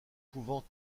pouvant